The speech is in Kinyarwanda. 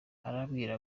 arambwira